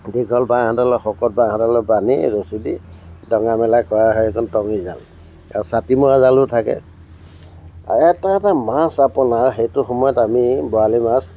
দীঘল বাঁহ এডালক শকত বাঁহ এডালত বান্ধি ৰছী দি দঙা মেলা কৰা সেইখন টঙিজাল আৰু ছাটি মৰা জালো থাকে এটা এটা মাছ আপোনাৰ সেইটো সময়ত আমি বৰালি মাছ